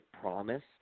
promise